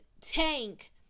Tank